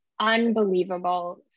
unbelievable